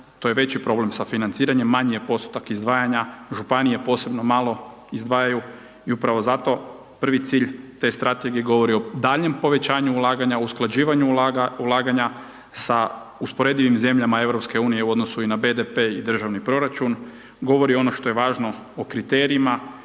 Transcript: to je veći problem sa financiranjem, manji je postotak izdvajanja, županije, posebno malo izdvajaju i upravo zato prvi cilj te strategije govori o daljem povećavanju ulaganja, usklađivanjem ulaganja, sa usporedivim zemljama EU u odnosu na BDP i državni proračun. Govori ono što je važno o kriterijima